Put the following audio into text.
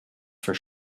for